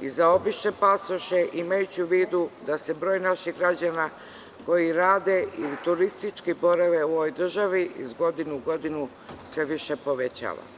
i za obične pasoše, imajući u vidu da se broj naših građana koji rade i turistički borave u ovoj državi iz godine u godinu sve više povećava.